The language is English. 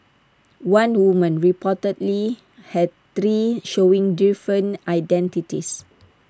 one woman reportedly had three showing different identities